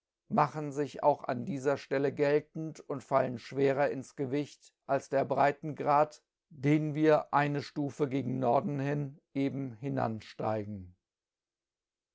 machen fid auch an biefer stelle geftenb unb fallen schwerer ins gewicht als der breitengrad den wir wie eine stufe gegen horben hin